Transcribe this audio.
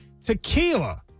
tequila